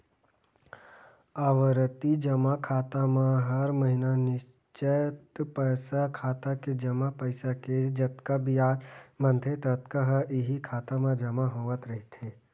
आवरती जमा खाता म हर महिना निस्चित पइसा खाता के जमा पइसा के जतका बियाज बनथे ततका ह इहीं खाता म जमा होवत रहिथे